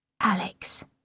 Alex